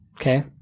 okay